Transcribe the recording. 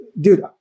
dude